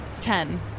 Ten